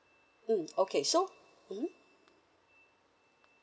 mm okay so mm